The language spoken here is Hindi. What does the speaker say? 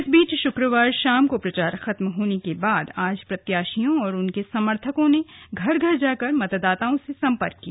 इस बीच शुक्रवार शाम को प्रचार खत्म होने के बाद आज प्रत्याशियों और उनके समर्थकों ने घर घर जाकर मतदाताओं से संपर्क किया